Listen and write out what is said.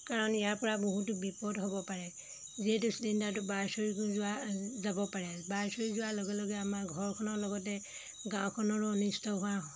কাৰণ ইয়াৰপৰা বহুতো বিপদ হ'ব পাৰে যিহেতু চিলিণ্ডাৰটো বাৰ্ষ্ট হৈ যোৱা যাব পাৰে বাৰ্ষ্ট হৈ যোৱাৰ লগে লগে আমাৰ ঘৰখনৰ লগতে গাঁওখনৰো অনিষ্ট হোৱাৰ